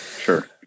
Sure